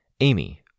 Amy